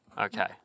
Okay